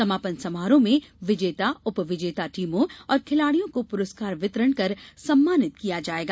समापन समारोह में विजेता उपविजेता टीमों और खिलाड़ियों को पुरस्कार वितरण कर सम्मानित किया जायेगा